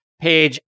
page